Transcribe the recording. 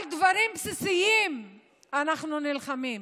על דברים בסיסיים אנחנו נלחמים.